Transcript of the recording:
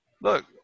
Look